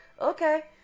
okay